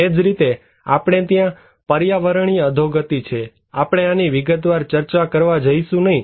એ જ રીતે આપણે ત્યાં પર્યાવરણીય અધોગતિ છે આપણે આની વિગતવાર ચર્ચા કરવા જઈશું નહીં